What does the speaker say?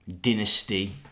dynasty